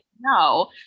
No